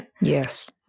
Yes